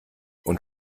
und